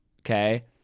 Okay